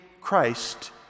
Christ